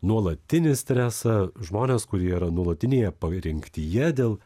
nuolatinį stresą žmonės kurie yra nuolatinėje parengtyje dėl